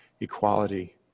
equality